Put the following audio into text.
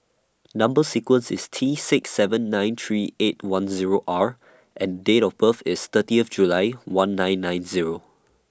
Number sequence IS T six seven nine three eight one Zero R and Date of birth IS thirty July one nine nine Zero